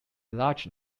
large